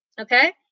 okay